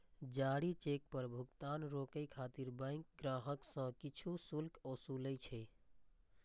जारी चेक पर भुगतान रोकै खातिर बैंक ग्राहक सं किछु शुल्क ओसूलै छै